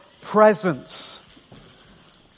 presence